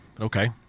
Okay